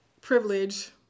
privilege